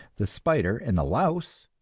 the spider and the louse.